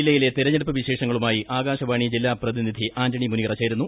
ജില്ലയിലെ തിരഞ്ഞെടുപ്പ് വിശേഷങ്ങളുമായി ആകാശവാണി ജില്ലാ പ്രതിനിധി ആന്റണി മുനിയറ ചേരുന്നു